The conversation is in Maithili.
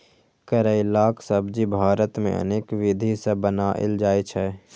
करैलाक सब्जी भारत मे अनेक विधि सं बनाएल जाइ छै